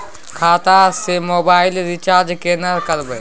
खाता स mobile recharge केना करबे?